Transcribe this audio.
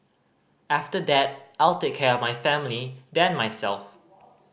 after that I'll take care of my family then myself